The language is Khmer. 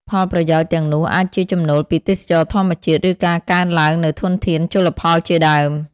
ផលប្រយោជន៍ទាំងនោះអាចជាចំណូលពីទេសចរណ៍ធម្មជាតិ ឬការកើនឡើងនូវធនធានជលផលជាដើម។